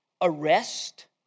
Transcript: arrest